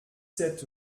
sept